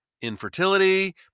infertility